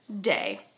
day